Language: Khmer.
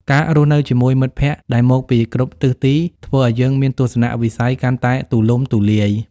ការរស់នៅជាមួយមិត្តភក្តិដែលមកពីគ្រប់ទិសទីធ្វើឲ្យយើងមានទស្សនៈវិស័យកាន់តែទូលំទូលាយ។